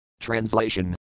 Translation